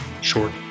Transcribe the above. short